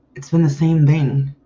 it's been the same thing.